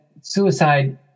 suicide